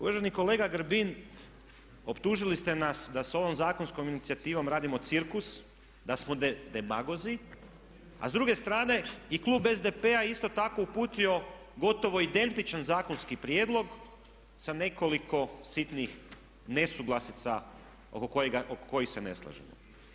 Uvaženi kolega Grbin, optužili ste nas da s ovom zakonskom inicijativom radimo cirkus da smo demagozi, a s druge strane i klub SDP-a isto tako uputio gotovo identičan zakonski prijedlog sa nekoliko sitnih nesuglasica oko kojih se ne slažemo.